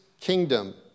kingdom